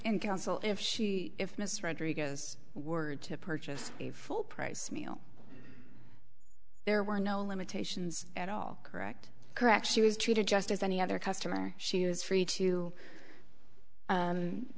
counsel if she if mrs rodriguez were to purchase a full price meal there were no limitations at all correct correct she was treated just as any other customer she was free too